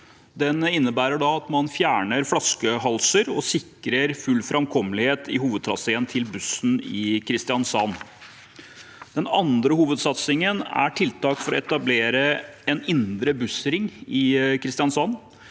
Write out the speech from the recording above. Den innebærer at man fjerner flaskehalser og sikrer full framkommelighet i hovedtraséen til bussen i Kristiansand. Den andre hovedsatsingen er tiltak for å etablere en indre bussring i Kristiansand.